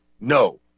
no